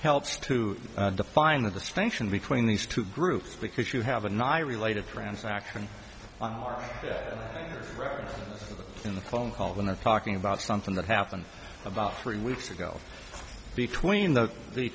helps to define the distinction between these two groups because you have an i related transaction on our or in the phone call when they're talking about something that happened about three weeks ago between the the